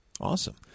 Awesome